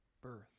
birth